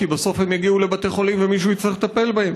כי בסוף הם יגיעו לבתי חולים ומישהו יצטרך לטפל בהם.